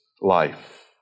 life